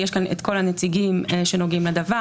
יש כאן את כל הנציגים שנוגעים בדבר,